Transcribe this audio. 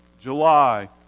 July